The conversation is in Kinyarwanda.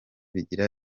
bigira